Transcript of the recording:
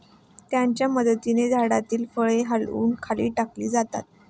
याच्या मदतीने झाडातील फळे हलवून खाली टाकली जातात